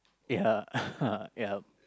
ya yup